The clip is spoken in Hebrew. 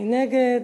מי נגד?